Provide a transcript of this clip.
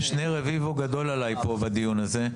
רביבו, שני רביבו גדול עלי פה בדיון הזה.